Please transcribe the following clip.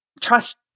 trust